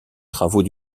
travaux